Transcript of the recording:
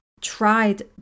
tried